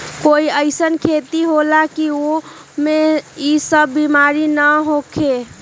कोई अईसन खेती होला की वो में ई सब बीमारी न होखे?